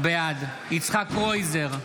בעד יצחק קרויזר,